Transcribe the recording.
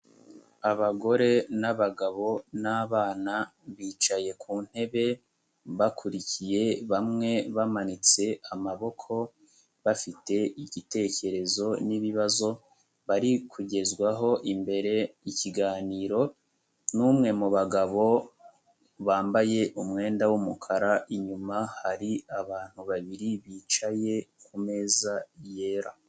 Abagore n'abagabo n'abana bicaye ku ntebe, bakurikiye bamwe bamanitse amaboko, bafite igitekerezo n'ibibazo, bari kugezwaho imbere ikiganiro n'umwe mu bagabo bambaye umwenda w'umukara, inyuma hari abantu babiri bicaye ku meza yera.